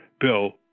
Bill